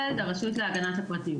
הרווחה.